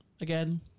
again